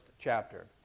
chapter